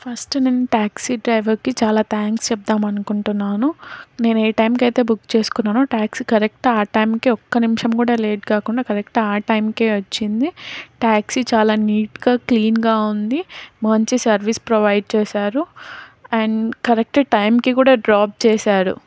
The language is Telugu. ఫస్ట్ నేను ట్యాక్సీ డ్రైవర్కి చాలా థ్యాంక్స్ చెప్దామ్ అనుకుంటున్నాను నేను ఏ టైంకి అయితే బుక్ చేసుకున్నానో ట్యాక్సీ కరెక్ట్ ఆ టైంకి ఒక్క నిమిషం కూడా లేట్ కాకుండా కరెక్ట్ ఆ టైంకే వచ్చింది ట్యాక్సీ చాలా నీట్గా క్లీన్గా ఉంది మంచి సర్వీస్ ప్రొవైడ్ చేశారు అండ్ కరెక్ట్ టైంకి కూడా డ్రాప్ చేశారు